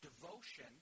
Devotion